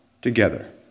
together